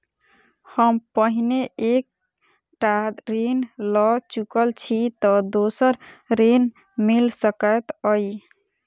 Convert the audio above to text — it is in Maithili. हम पहिने एक टा ऋण लअ चुकल छी तऽ दोसर ऋण मिल सकैत अई?